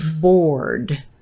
Bored